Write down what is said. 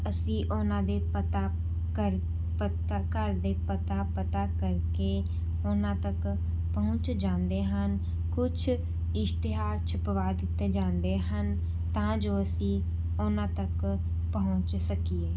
ਅਸੀਂ ਉਹਨਾਂ ਦੇ ਪਤਾ ਕਰ ਪਤਾ ਘਰ ਦੇ ਪਤਾ ਪਤਾ ਕਰਕੇ ਉਹਨਾਂ ਤੱਕ ਪਹੁੰਚ ਜਾਂਦੇ ਹਨ ਕੁਛ ਇਸ਼ਤਿਹਾਰ ਛਪਵਾ ਦਿੱਤਾ ਜਾਂਦੇ ਹਨ ਤਾਂ ਜੋ ਅਸੀਂ ਉਹਨਾਂ ਤੱਕ ਪਹੁੰਚ ਸਕੀਏ